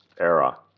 era